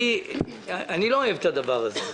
אני לא אוהב את הדבר הזה,